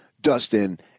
Dustin